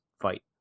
fight